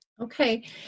Okay